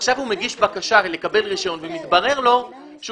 ועכשיו הוא מגיש בקשה לקבל רישיון ומתברר לי שהוא